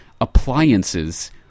appliances